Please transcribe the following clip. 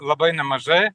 labai nemažai